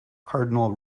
cardinal